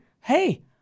hey